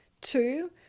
two